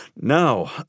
No